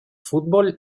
fútbol